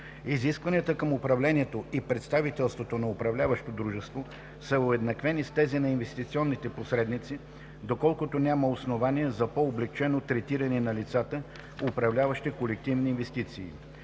Изискванията към управлението и представителството на управляващо дружество са уеднаквени с тези при инвестиционните посредници, доколкото няма основание за по-облекчено третиране на лицата, управляващи колективни инвестиции.